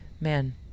Man